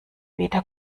wieder